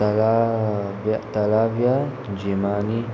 तला थलाव्या जिमानी